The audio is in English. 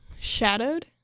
shadowed